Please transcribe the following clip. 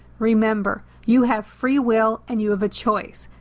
remember, you have free will and you have a choice.